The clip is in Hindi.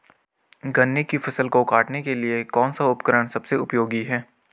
गन्ने की फसल को काटने के लिए कौन सा उपकरण सबसे उपयोगी है?